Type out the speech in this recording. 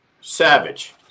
Savage